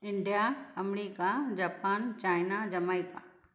India America Japan China Jamaica